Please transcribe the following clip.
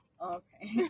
okay